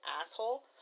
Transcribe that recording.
asshole